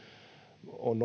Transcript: on